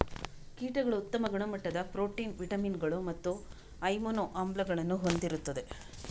ಕೀಟಗಳು ಉತ್ತಮ ಗುಣಮಟ್ಟದ ಪ್ರೋಟೀನ್, ವಿಟಮಿನುಗಳು ಮತ್ತು ಅಮೈನೋ ಆಮ್ಲಗಳನ್ನು ಹೊಂದಿರುತ್ತವೆ